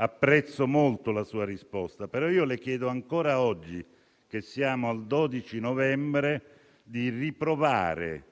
apprezzo molto la sua risposta. Le chiedo ancora però, oggi che siamo al 12 novembre, di riprovare